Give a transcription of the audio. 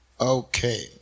Okay